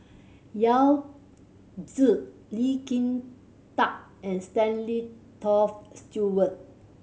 Yao Zi Lee Kin Tat and Stanley Toft Stewart